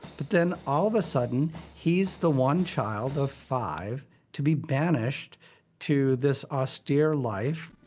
but then all of a sudden, he's the one child of five to be banished to this austere life.